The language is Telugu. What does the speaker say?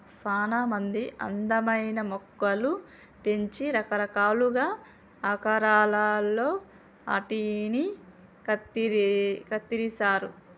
సానా మంది అందమైన మొక్కలు పెంచి రకరకాలుగా ఆకారాలలో ఆటిని కత్తిరిస్తారు